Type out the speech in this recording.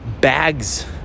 bags